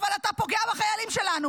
אבל אתה פוגע בחיילים שלנו,